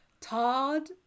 Todd